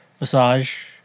Massage